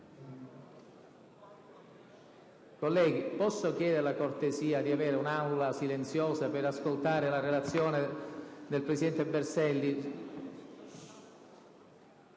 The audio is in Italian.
Colleghi, posso chiedere la cortesia di avere un'Assemblea silenziosa per ascoltare il presidente Berselli?